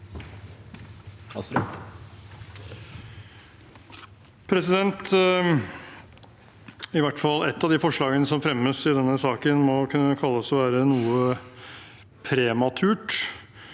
I hvert fall ett av de forslagene som fremmes i denne saken, må kunne kalles å være noe prematurt.